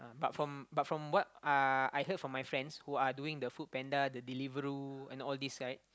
but from but from what uh I heard from my friends who are doing the FoodPanda the Deliveroo and all this right